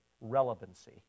relevancy